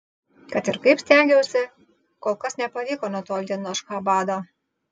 kad ir kaip stengiausi kol kas nepavyko nutolti nuo ašchabado